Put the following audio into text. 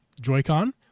Joy-Con